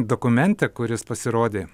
dokumente kuris pasirodė